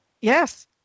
yes